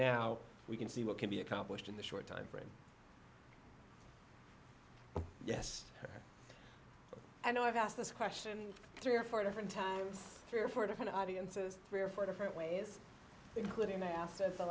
now we can see what can be accomplished in the short timeframe yes and i've asked this question three or four different times three or four different audiences three or four different ways including they asked